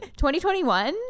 2021